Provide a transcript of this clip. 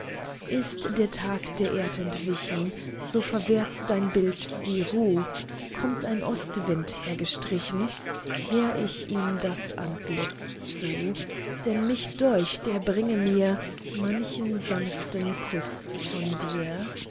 ist der tag der erd entwichen so verwehrt dein bild die ruh kommt ein ostwind hergestrichen kehr ich ihm das antlitz zu denn mich deucht er bringe mir manchen sanften kuß von dir